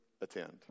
attend